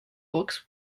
books